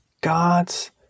God's